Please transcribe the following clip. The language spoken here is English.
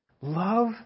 love